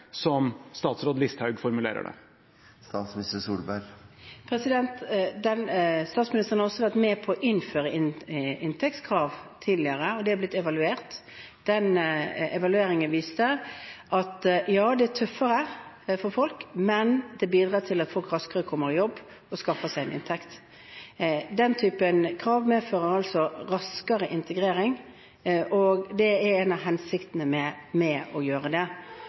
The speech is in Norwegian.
som statsråd Listhaug formulerer det? Statsministeren har også vært med på å innføre inntektskrav tidligere. Det har blitt evaluert, og evalueringen viste at ja, det er tøffere for folk, men det bidrar til at folk raskere kommer i jobb og skaffer seg en inntekt. Den typen krav medfører altså raskere integrering, og det er en av hensiktene med å gjøre det. Dette gjelder primært familieetablering, og spørsmålet er hvor mange man skal kunne hente inn. Det